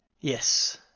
Yes